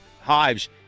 hives